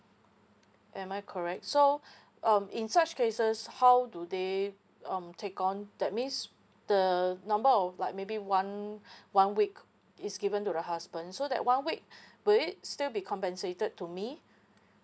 am I correct so um in such cases how do they um take on that means the number of like maybe one one week is given to the husband so that one week will it still be compensated to me